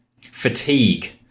fatigue